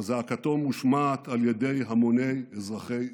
אבל זעקתו מושמעת על ידי המוני אזרחי ישראל.